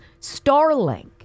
Starlink